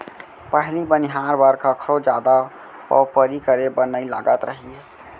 पहिली बनिहार बर कखरो जादा पवपरी करे बर नइ लागत रहिस